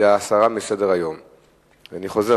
להסיר מסדר-היום של הכנסת.